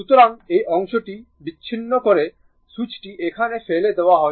সুতরাং এই অংশটি বিচ্ছিন্ন করে সুইচটি এখানে ফেলে দেওয়া হয়েছে